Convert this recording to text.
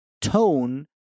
tone